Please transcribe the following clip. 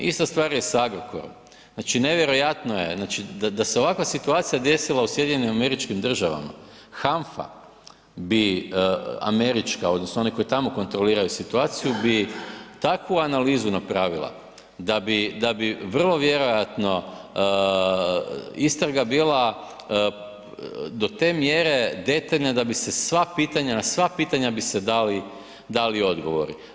Ista stvar je s Agrokorom, znači nevjerojatno je, znači da, da se ovakva situacija desila u SAD-u HANFA bi američka odnosno oni koji tamo kontroliraju situaciju bi takvu analizu napravila da bi, da bi vrlo vjerojatno istraga bila do te mjere detaljna da bi se sva pitanja, na sva pitanja bi se dali, dali odgovori.